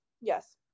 Yes